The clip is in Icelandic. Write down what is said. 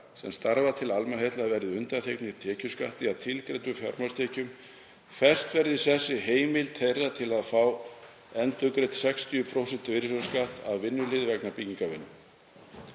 sem starfa til almannaheilla verði undanþegnir tekjuskatti af tilgreindum fjármagnstekjum, fest verði í sessi heimild þeirra til að fá endurgreidd 60% virðisaukaskatts af vinnulið vegna byggingarvinnu,